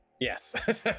Yes